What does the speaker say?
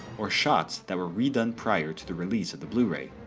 or shots that were redone prior to the release of the blu-ray.